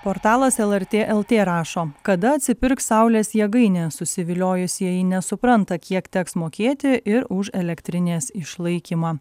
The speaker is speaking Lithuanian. portalas lrt lt rašo kada atsipirks saulės jėgainė susiviliojusieji nesupranta kiek teks mokėti ir už elektrinės išlaikymą